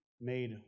made